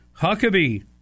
Huckabee